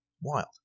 Wild